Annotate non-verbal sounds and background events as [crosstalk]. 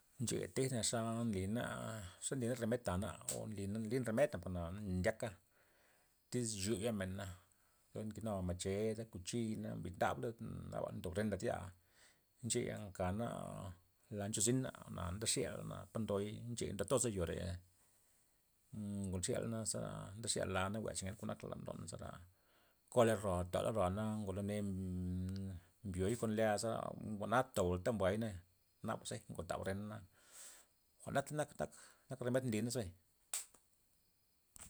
Ncheya tejna xa nlina xa nlina romed tana [noise] o nli- nlin romed na jwa'na re men ndyaka, tyz chu ya mena ze njig nua mached kuchina na mbrid ndab lud nada ndo red las yaa' ncheya nkana la nche zyna jwa'na nde xina po ndoy ncheya ndo toza yore, [hesitation] ngo xialey zara ndexya la na jwi'a cha kenkuan nak lo ney zara ko'aley ro'a toley ro'a na ngolo mne [hesitation] mbioy kon le'aza jwa'na tob la ta mbuayna naba xej ngotab rena jwa'ta nak- nak nak romed nlyna zebay. [noise]